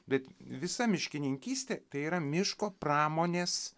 bet visa miškininkystė tai yra miško pramonės